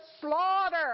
slaughter